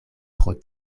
pro